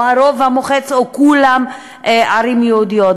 או הרוב המוחץ או כולן ערים יהודיות.